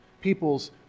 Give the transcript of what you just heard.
people's